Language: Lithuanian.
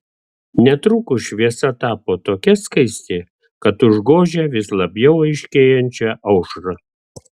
netrukus šviesa tapo tokia skaisti kad užgožė vis labiau aiškėjančią aušrą